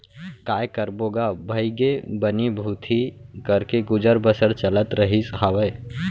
काय करबो गा भइगे बनी भूथी करके गुजर बसर चलत रहिस हावय